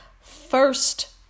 first